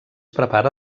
prepara